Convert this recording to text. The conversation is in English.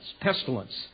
pestilence